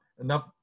enough